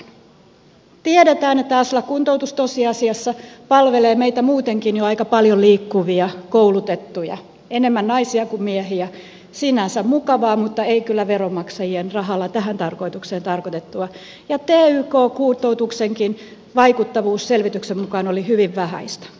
tiedetään että aslak kuntoutus tosiasiassa palvelee meitä muutenkin jo aika paljon liikkuvia koulutettuja enemmän naisia kuin miehiä sinänsä mukavaa mutta ei kyllä veronmaksajien rahalla tähän tarkoitukseen tarkoitettua ja tyk kuntoutuksenkin vaikuttavuus selvityksen mukaan oli hyvin vähäistä